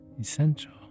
essential